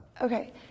Okay